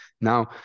Now